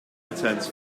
returns